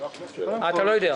אה, אתה לא יודע.